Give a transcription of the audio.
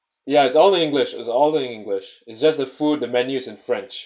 ya it's all in english all in english it's just the food the menu is in french